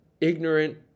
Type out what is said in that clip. ignorant